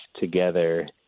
together